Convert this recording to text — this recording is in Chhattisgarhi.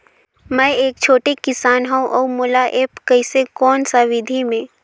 मै एक छोटे किसान हव अउ मोला एप्प कइसे कोन सा विधी मे?